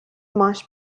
much